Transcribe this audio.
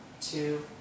two